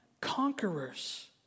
conquerors